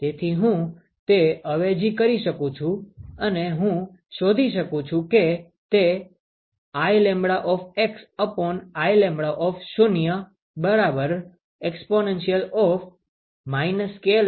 તેથી હું તે અવેજી કરી શકું છું અને હું શોધી શકું છું કે તે IλxIλ0 exp Kλx છે